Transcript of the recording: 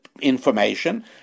information